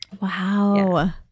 Wow